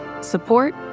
support